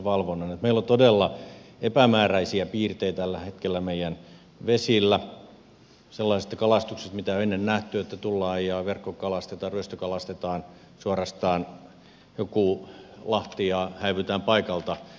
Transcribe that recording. meillä on todella epämääräisiä piirteitä tällä hetkellä meidän vesillä sellaisesta kalastuksesta mitä ei ole ennen nähty että tullaan ja verkkokalastetaan suorastaan ryöstökalastetaan joku lahti ja häivytään paikalta